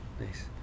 nice